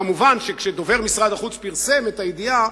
וכמובן שכשדובר משרד החוץ פרסם את הידיעה,